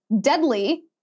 deadly